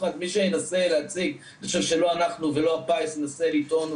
מי שינסה להציג אני חושב שלא אנחנו ולא הפיס ננסה לטעון,